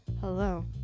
Hello